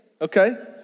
Okay